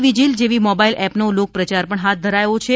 vigil જેવી mobile એપનો લોકપ્રચાર પણ હાથ ધરાયો છે